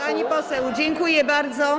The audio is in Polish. Pani poseł, dziękuję bardzo.